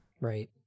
Right